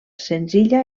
senzilla